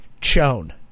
Chone